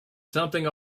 something